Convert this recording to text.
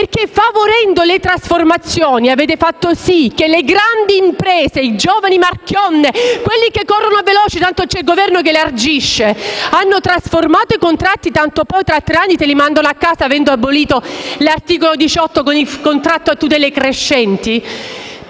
perché favorendo le trasformazioni avete fatto sì che le grandi imprese, i giovani Marchionne, quelli che corrono veloci tanto c'è il Governo che elargisce, hanno trasformato i contratti, tanto poi tra tre anni te li mandano a casa, avendo abolito l'articolo 18 con il contratto a tutele crescenti.